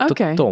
Okay